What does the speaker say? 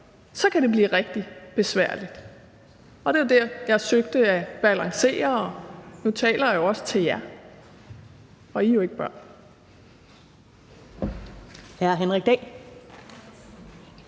kan det blive rigtig besværligt. Det var det, jeg forsøgte at balancere, og nu taler jeg også til jer, og I er jo ikke børn. Kl.